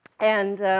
and